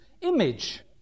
image